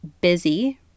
busy